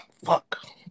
Fuck